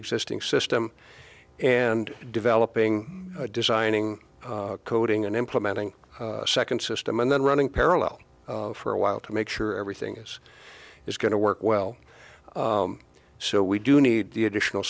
existing system and developing designing coding and implementing a second system and then running parallel for a while to make sure everything is is going to work well so we do need the additional